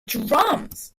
drums